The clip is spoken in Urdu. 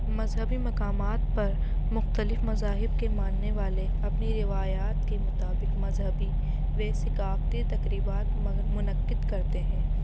مذہبی مقامات پر مختلف مذاہب کے ماننے والے اپنی روایات کے مطابق مذہبی و ثقافتی تقریبات منعقد کرتے ہیں